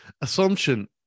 assumption